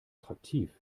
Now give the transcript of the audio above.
attraktiv